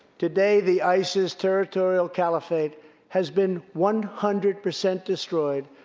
today, the isis territorial caliphate has been one hundred percent destroyed,